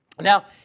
Now